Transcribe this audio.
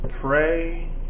Pray